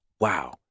Wow